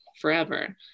forever